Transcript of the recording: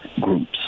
groups